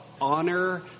honor